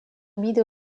meadow